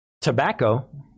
tobacco